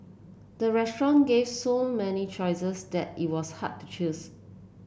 the restaurant gave so many choices that it was hard to choose